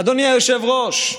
אדוני היושב-ראש,